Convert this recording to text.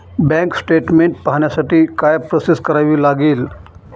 Bank statement पाहण्यासाठी काय process करावी लागेल?